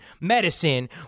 medicine